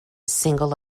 single